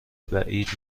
بعید